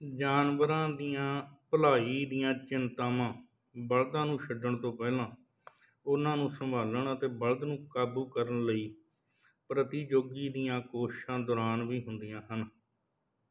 ਜਾਨਵਰਾਂ ਦੀਆਂ ਭਲਾਈ ਦੀਆਂ ਚਿੰਤਾਵਾਂ ਬਲਦਾਂ ਨੂੰ ਛੱਡਣ ਤੋਂ ਪਹਿਲਾਂ ਉਨ੍ਹਾਂ ਨੂੰ ਸੰਭਾਲਣ ਅਤੇ ਬਲਦ ਨੂੰ ਕਾਬੂ ਕਰਨ ਲਈ ਪ੍ਰਤੀਯੋਗੀ ਦੀਆਂ ਕੋਸ਼ਿਸ਼ਾਂ ਦੌਰਾਨ ਵੀ ਹੁੰਦੀਆਂ ਹਨ